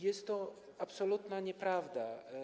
Jest to absolutna nieprawda.